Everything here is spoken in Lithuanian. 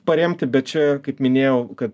paremti bet čia kaip minėjau kad